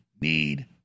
need